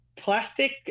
plastic